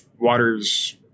water's